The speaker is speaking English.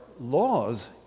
laws